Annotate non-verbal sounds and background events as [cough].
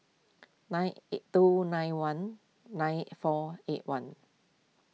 nine [unintelligible] two nine one nine four eight one